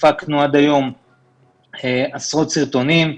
הפקנו עד היום עשרות סרטונים,